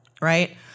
right